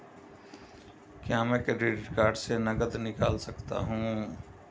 क्या मैं credit card से नकद निकाल सकता हूँ?